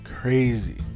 crazy